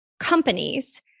Companies